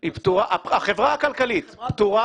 החברה הכלכלית פטורה?